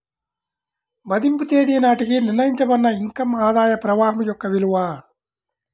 మదింపు తేదీ నాటికి నిర్ణయించబడిన ఇన్ కమ్ ఆదాయ ప్రవాహం యొక్క విలువ